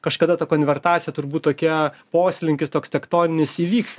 kažkada tą konvertacija turbūt tokia poslinkis toks tektoninis įvyks